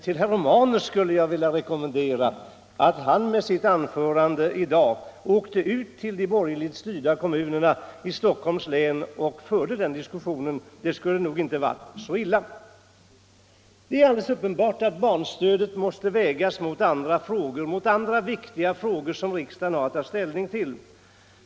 Herr Romanus skulle jag vilja rekommendera att han åkte ut till de borgerligt styrda kommunerna i Stockholms län med sitt anförande i dag. Där skulle det passa. Det är alldeles uppenbart att frågan om barnstödet måste vägas mot andra viktiga frågor som riksdagen har att ta ställning till.